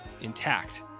intact